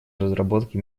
разработке